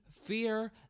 fear